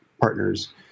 partners